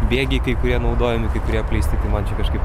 bėgiai kai kurie naudojami kai kurie apleisti man čia kažkaip